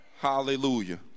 Hallelujah